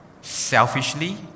selfishly